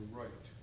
right